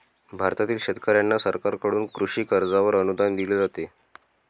भारतातील शेतकऱ्यांना सरकारकडून कृषी कर्जावर अनुदान दिले जाते